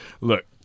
Look